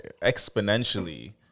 exponentially